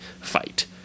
fight